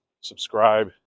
subscribe